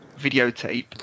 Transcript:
videotape